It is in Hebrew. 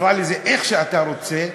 תקרא לזה איך שאתה רוצה,